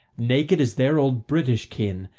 naked as their old british kin,